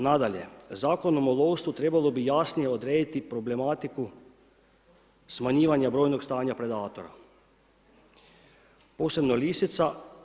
Nadalje, Zakonom o lovstvu trebalo bi jasnije odrediti problematiku smanjivanja brojnog stanja predatora, posebno lisica.